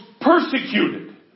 persecuted